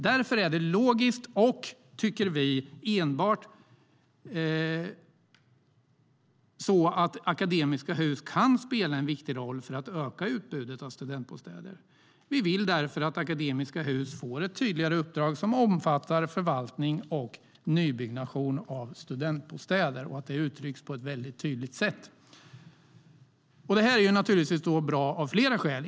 Därför är det logiskt, och, tycker vi, uppenbart att Akademiska Hus kan spela en viktig roll för att öka utbudet av studentbostäder. Vi vill därför att Akademiska Hus får ett tydligt uppdrag som omfattar förvaltning och nybyggnation av studentbostäder. Det här är bra av flera skäl.